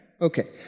Okay